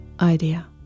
idea